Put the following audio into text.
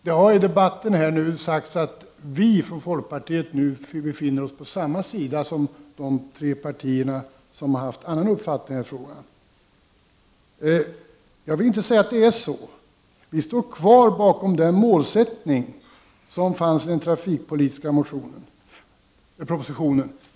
Det har i debatten sagts att folkpartiet nu befinner sig på samma sida som de tre partier som har haft en annan uppfattning i denna fråga. Jag vill inte säga att det är så. Folkpartiet står kvar bakom den målsättning som fanns i den trafikpolitiska propositionen.